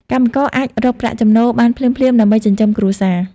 កម្មករអាចរកប្រាក់ចំណូលបានភ្លាមៗដើម្បីចិញ្ចឹមគ្រួសារ។